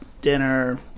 dinner